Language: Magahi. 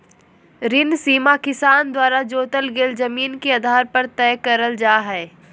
ऋण सीमा किसान द्वारा जोतल गेल जमीन के आधार पर तय करल जा हई